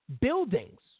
buildings